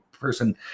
person